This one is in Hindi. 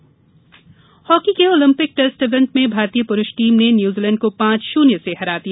हॉकी हॉकी के ओलंपिक टेस्ट इवेंट में भारतीय पुरूष टीम ने न्यूजीलैण्ड को पांच शून्य से हरा दिया